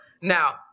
Now